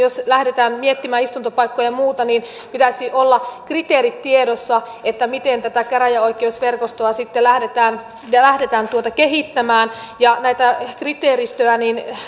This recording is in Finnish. jos lähdetään miettimään istuntopaikkoja ja muuta niin kriteerien pitäisi olla tiedossa että miten tätä käräjäoikeusverkostoa sitten lähdetään kehittämään tätä kriteeristöä